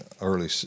early